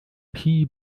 phi